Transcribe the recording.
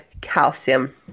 calcium